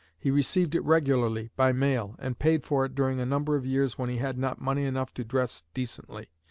he received it regularly by mail, and paid for it during a number of years when he had not money enough to dress decently.